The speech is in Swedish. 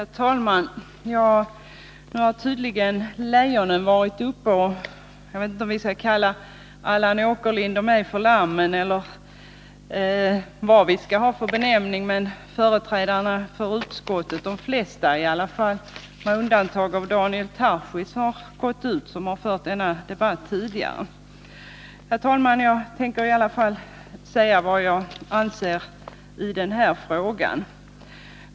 Herr talman! Nu har tydligen lejonen varit uppe i debatten. Jag vet inte om vi skall kalla Allan Åkerlind och mig för lamm, eller vad vi skall benämnas. I varje fall har de flesta av företrädarna för utskottet — ett undantag är Daniel Tarschys — gått ut ur kammaren. De har fört denna debatt tidigare. Jag tänker, herr talman, i alla händelser säga vad jag anser i den här frågan.